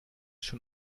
schon